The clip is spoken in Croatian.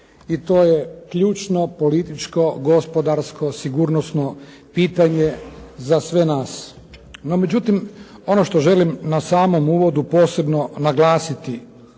i to je ključno političko, gospodarsko, sigurnosno pitanje za sve nas. No međutim ono što želim na samom uvodu posebno naglasiti